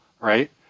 right